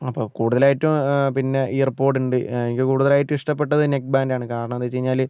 അപ്പോൾ കൂടുതലായിട്ടും പിന്നെ ഇയർപോഡ് ഉണ്ട് എനിക്ക് കൂടുതലായിട്ടും ഇഷ്ടപ്പെട്ടത് നെക്ക് ബാൻഡ് ആണ് കാരണം എന്താണെന്ന് വെച്ച് കഴിഞ്ഞാൽ